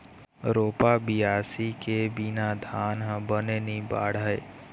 रोपा, बियासी के बिना धान ह बने नी बाढ़य